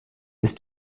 ist